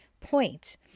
point